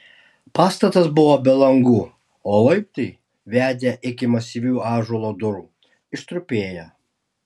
pastatas buvo be langų o laiptai vedę iki masyvių ąžuolo durų ištrupėję